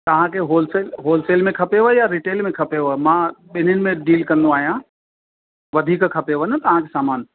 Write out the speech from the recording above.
तव्हांखे wholesale wholesale में खपेव या रिटेल में खपेव मां ॿिन्हिनि में डील कंदो आहियां वधीक खपेव न तव्हांखे सामानु